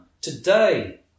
Today